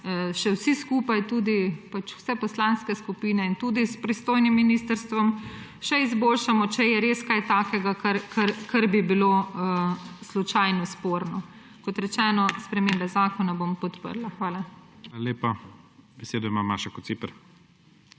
še vsi skupaj, vse poslanske skupine in tudi s pristojnim ministrstvom, še izboljšamo, če je res kaj takega, kar bi bilo slučajno sporno. Kot rečeno, spremembe zakona bom podprla. Hvala. PREDSEDNIK IGOR ZORČIČ: